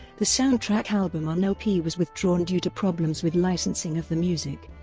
the soundtrack album on lp was withdrawn due to problems with licensing of the music.